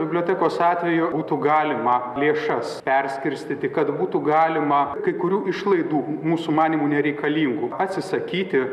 bibliotekos atveju būtų galima lėšas perskirstyti kad būtų galima kai kurių išlaidų mūsų manymu nereikalingų atsisakyti